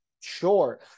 Sure